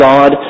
God